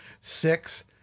six